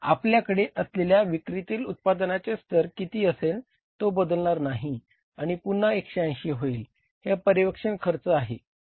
आपल्याकडे असलेल्या विक्रीतील उत्पादनाचा स्तर कितीही असेल तो बदलणार नाही आणि पुन्हा 180 होईल हे पर्यवेक्षण खर्च आहे